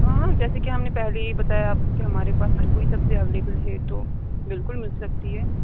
ہاں جیسے کہ ہم نے پہلے ہی بتایا آپ کو کہ ہمارے پاس ہر کوئی سبزیاں اویلیبل ہے تو بالکل مل سکتی ہے